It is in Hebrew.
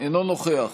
אינו נוכח